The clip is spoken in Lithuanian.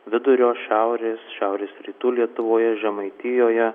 vidurio šiaurės šiaurės rytų lietuvoje žemaitijoje